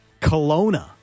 Kelowna